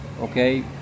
okay